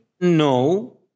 No